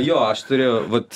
jo aš turiu vat